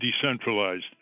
decentralized